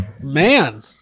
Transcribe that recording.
Man